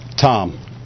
Tom